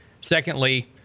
Secondly